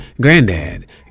granddad